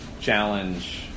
challenge